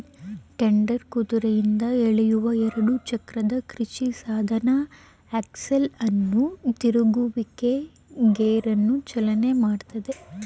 tedder ಕುದುರೆಯಿಂದ ಎಳೆಯುವ ಎರಡು ಚಕ್ರದ ಕೃಷಿಸಾಧನ ಆಕ್ಸೆಲ್ ಅನ್ನು ತಿರುಗುವಿಕೆ ಗೇರನ್ನು ಚಾಲನೆ ಮಾಡ್ತದೆ